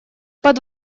под